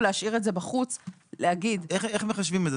להשאיר את זה בחוץ --- איך מחשבים את זה?